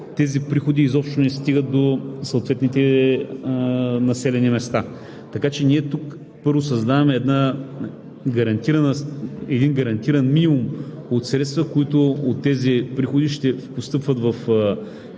тези приходи изобщо не стигат до съответните населени места. Първо, ние тук създаваме един гарантиран минимум от средства, които от тези приходи ще постъпват в